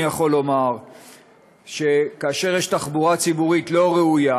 אני יכול לומר שכאשר יש תחבורה ציבורית לא ראויה,